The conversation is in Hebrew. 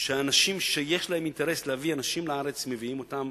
לאנשים שיש להם אינטרס להביא אנשים לארץ ומביאים אותם.